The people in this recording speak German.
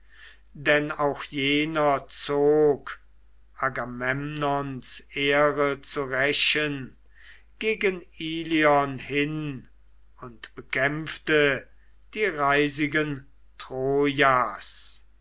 denn auch jener zog agamemnons ehre zu rächen gegen ilion hin und bekämpfte die reisigen trojas